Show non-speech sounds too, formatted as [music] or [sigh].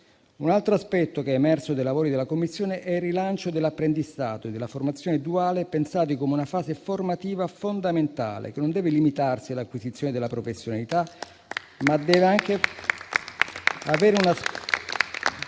Un altro aspetto che è emerso dai lavori della Commissione è il rilancio dell'apprendistato e della formazione duale, pensati come una fase formativa fondamentale che non deve limitarsi all'acquisizione della professionalità, [applause] ma deve anche avere una specifica